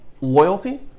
loyalty